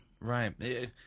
Right